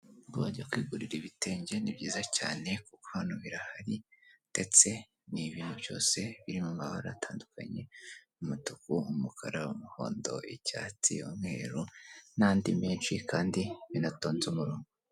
Uwajya kwigurira ibitenge! Ni byiza cyane kuko hano birahari, ndetse ni ibintu byose biri mu mabara atandukanye. Umutuku, umukara, umuhondo, icyatsi, umweru n'andi menshi kandi binatonze umurongo.